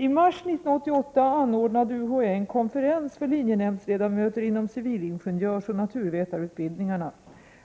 I mars 1988 anordnade UHÄ en konferens för linjenämndsledamöter inom civilingenjörsoch naturvetarutbildningarna